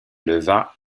leva